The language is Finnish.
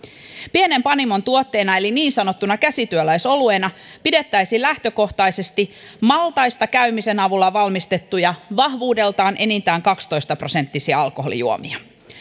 pienen panimon tuotteina eli niin sanottuina käsityöläisoluina pidettäisiin lähtökohtaisesti maltaista käymisen avulla valmistettuja vahvuudeltaan enintään kaksitoista prosenttisia alkoholijuomia